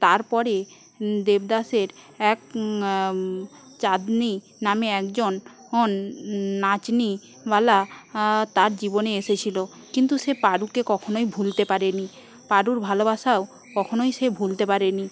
তারপরে দেবদাসের এক চাঁদনী নামে একজন নাচনীওয়ালা তার জীবনে এসেছিল কিন্তু সে পারোকে কখনোই ভুলতে পারে নি পারোর ভালবাসাও কখনোই সে ভুলতে পারে নি